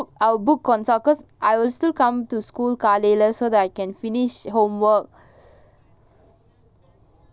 ya ya ya I will book I will book consult cause I will still come to school காலைல:kalaila so that I can finish homework